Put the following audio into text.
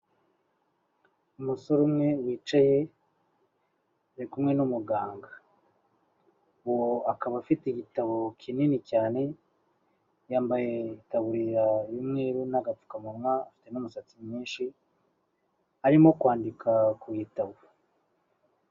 Umusore umwe wicaye ari kumwe n'umuganga. Uwoakaba afite igitabo kinini cyane yambaye itaburiya y'umweruru n'agapfukamunwa, afite n'imisatsi myinshi arimo kwandika ku gitabo.